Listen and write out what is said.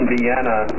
Vienna